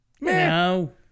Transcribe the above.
no